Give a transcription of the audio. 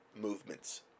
movements